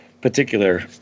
particular